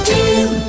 Team